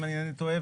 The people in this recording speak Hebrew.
אם אינני טועה,